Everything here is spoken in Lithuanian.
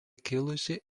kilusi